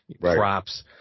crops –